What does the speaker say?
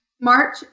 March